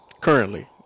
currently